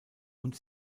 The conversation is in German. und